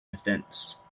defense